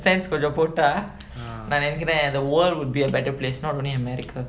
chance கொஞ்ச போட்டா நா நெனைக்கிற:konja potta naa nenaikkira the world would be a better place not only america